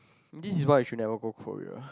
this is why you should never go Korea